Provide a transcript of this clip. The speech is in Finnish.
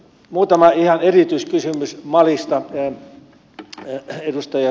muutama ihan erityiskysymys malista edustaja soini kysyi